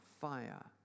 fire